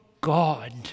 God